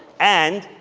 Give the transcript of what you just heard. and,